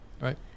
right